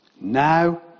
Now